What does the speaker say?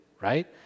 right